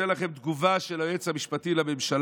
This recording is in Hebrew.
אני אתן לכם תגובה של המשנה ליועץ המשפטי לממשלה,